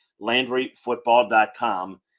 LandryFootball.com